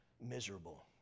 miserable